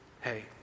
hey